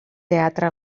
teatre